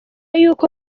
yuko